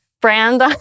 brand